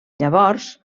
llavors